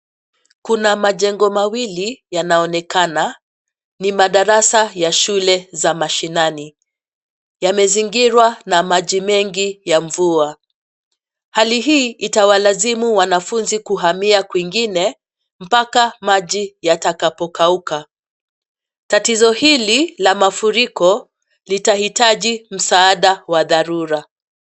Kuna majengo mawili yanaonekana, ni madarasa ya shule za mashinani. Yamezingirwa na maji mengi ya mvua. Hali hii itawalazimu wanafunzi kuhamia kwengine mpaka maji yatakapokauka. Tatizo hili la mafuriko litahitaji msaada wa dharura.